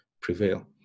prevail